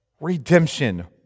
redemption